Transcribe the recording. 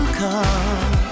come